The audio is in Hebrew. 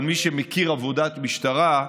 אבל מי שמכיר עבודת משטרה,